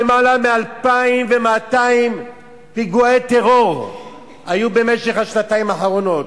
יותר מ-2,200 פיגועי טרור היו במשך השנתיים האחרונות.